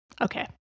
Okay